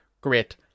great